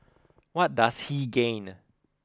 what does he gain